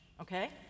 okay